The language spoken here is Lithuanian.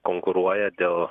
konkuruoja dėl